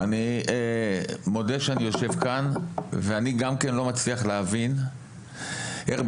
אני מודה שאני יושב כאן ולא מצליח להבין איך,